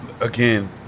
again